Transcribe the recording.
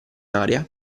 aria